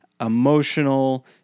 emotional